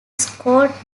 scored